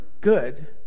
good